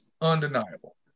undeniable